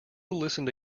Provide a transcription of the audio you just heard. listened